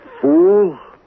fool